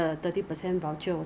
there are more expensive body scrub